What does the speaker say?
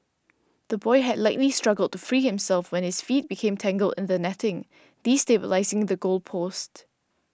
the boy had likely struggled to free himself when his feet became tangled in the netting destabilising the goal post